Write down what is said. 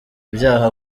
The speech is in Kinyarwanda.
byaha